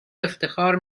افتخار